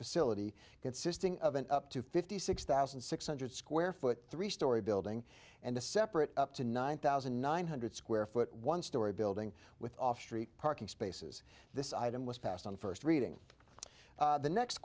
facility consisting of an up to fifty six thousand six hundred square foot three story building and a separate up to nine thousand nine hundred square foot one store a building with off street parking spaces this item was passed on first reading the next